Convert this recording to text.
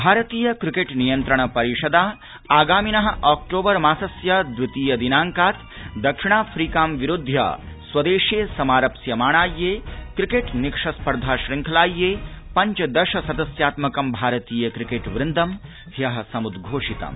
भारतीय क्रिकेट नियन्त्रण परिषदा आगामिनः ऑक्ट्बर मासस्य द्वितीय दिनांकात् दक्षिणाफ्रीकां विरुध्य स्वदेशे समारप्स्यमाणायै क्रिकेट निकष स्मर्धा शंखलायै पञ्चदश सदस्यात्मकं भारतीय क्रीडक वृन्दं ह्यः समुद्धोषितम्